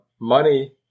money